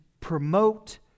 promote